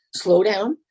slowdown